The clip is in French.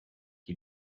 qui